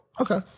Okay